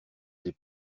des